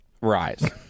Rise